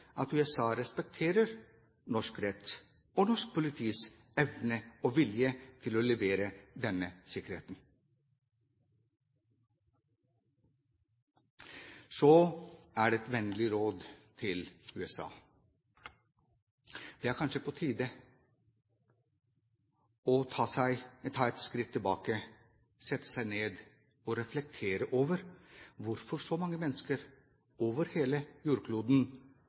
at USA respekterer norsk rett og norsk politis evne og vilje til å levere denne sikkerheten. Så et vennlig råd til USA: Det er kanskje på tide å ta et skritt tilbake, sette seg ned og reflektere over hvorfor så mange mennesker over hele jordkloden